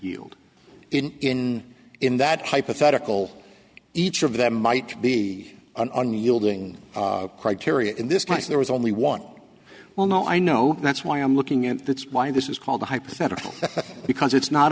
yield in in in that hypothetical each of them might be an unyielding criteria in this case there was only one well no i know that's why i'm looking and that's why this is called a hypothetical because it's not